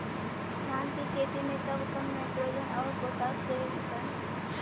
धान के खेती मे कब कब नाइट्रोजन अउर पोटाश देवे के चाही?